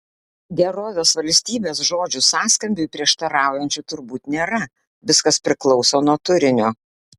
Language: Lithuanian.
gerovės valstybės žodžių sąskambiui prieštaraujančių turbūt nėra viskas priklauso nuo turinio